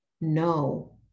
no